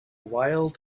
wild